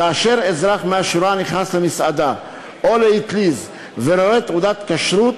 כאשר אזרח מהשורה נכנס למסעדה או לאטליז ורואה תעודת כשרות,